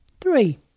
Three